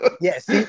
yes